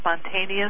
spontaneous